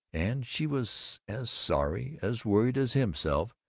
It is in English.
and she was as sorry, as worried as himself,